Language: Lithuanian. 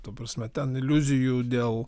ta prasme ten iliuzijų dėl